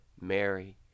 Mary